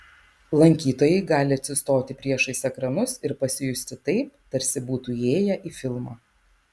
lankytojai gali atsistoti priešais ekranus ir pasijusti taip tarsi būtų įėję į filmą